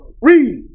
Read